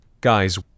Guys